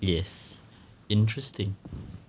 yes interesting